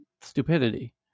stupidity